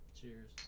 Cheers